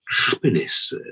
happiness